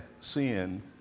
sin